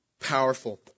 powerful